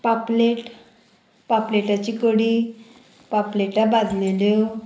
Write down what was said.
पापलेट पापलेटाची कडी पापलेटां भाजलेल्यो